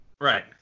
Right